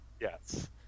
Yes